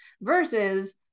versus